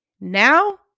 Now